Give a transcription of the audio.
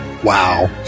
Wow